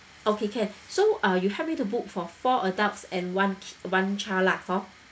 okay can so uh you help me to book for four adults and one ki~ one child lah hor